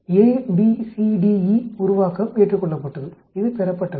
A B C D E உருவாக்கம் ஏற்றுக்கொள்ளப்பட்டது இது பெறப்பட்டவை